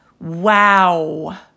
wow